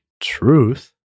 truth